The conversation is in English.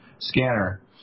Scanner